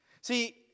See